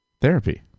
therapy